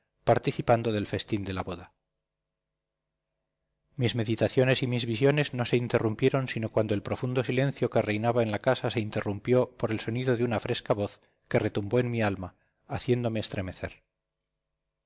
participando del festín de la boda mis meditaciones y mis visiones no se interrumpieron sino cuando el profundo silencio que reinaba en la casa se interrumpió por el sonido de una fresca voz que retumbó en mi alma haciéndome estremecer